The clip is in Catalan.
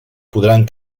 podran